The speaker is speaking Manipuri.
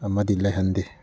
ꯑꯃꯗꯤ ꯂꯩꯍꯟꯗꯦ